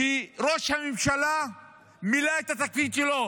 שראש הממשלה מילא את התפקיד שלו